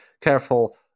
careful